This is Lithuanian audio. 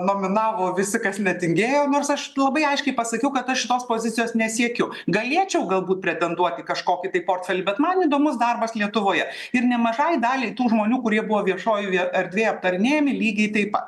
nominavo visi kas netingėjo nors aš labai aiškiai pasakiau kad aš šitos pozicijos nesiekiu galėčiau galbūt pretenduoti į kažkokį tai portfelį bet man įdomus darbas lietuvoje ir nemažai daliai tų žmonių kurie buvo viešojoje erdvėje aptarinėjami lygiai taip pat